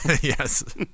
Yes